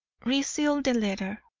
resealed the letter,